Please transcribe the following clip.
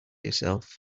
yourself